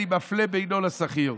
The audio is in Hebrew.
אני מפלה בינו לבין השכיר.